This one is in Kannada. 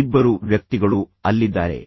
ಇಬ್ಬರು ವ್ಯಕ್ತಿಗಳು ಅಲ್ಲಿದ್ದಾರೆ